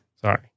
Sorry